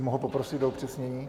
Mohu poprosit o upřesnění?